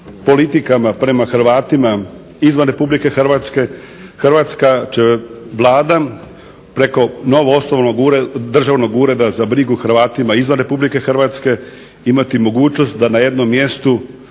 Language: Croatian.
politikama prema Hrvatima izvan Republike Hrvatske hrvatska će Vlada preko novo osnovanog ureda, Državnog ureda za brigu o Hrvatima izvan Republike Hrvatske imati mogućnost da na jednom mjestu